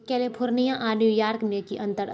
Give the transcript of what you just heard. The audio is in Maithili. कैलिफोर्निया आ न्यूयॉर्कमे की अंतर अछि